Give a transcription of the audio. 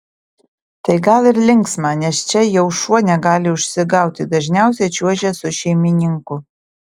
tai gal ir linksma nes čia jau šuo negali užsigauti dažniausiai čiuožia su šeimininku